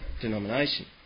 denomination